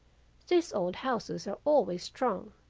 these old houses are always strong.